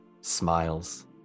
smiles